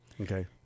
Okay